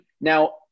Now